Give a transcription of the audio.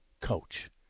coach